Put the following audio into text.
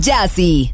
Jazzy